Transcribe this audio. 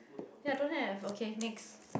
ya don't have okay next